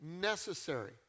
necessary